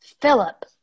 Philip